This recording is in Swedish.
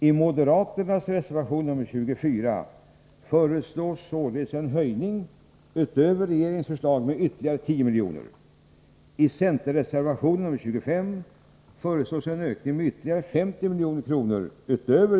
I moderaternas reservation nr 24 föreslås således en höjning, utöver regeringens förslag, med ytterligare 10 milj.kr.